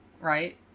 right